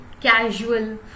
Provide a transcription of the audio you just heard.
casual